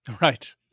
Right